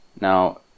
Now